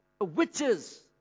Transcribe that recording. witches